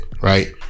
right